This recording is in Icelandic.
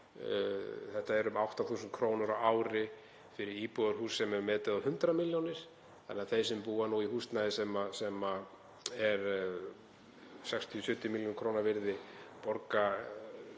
Þetta eru um 8.000 kr. á ári fyrir íbúðarhús sem er metið á 100 milljónir. Þannig að þeir sem búa í húsnæði sem er 60–70 millj. kr. virði borga